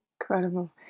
Incredible